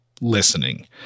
listening